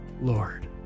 Lord